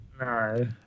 No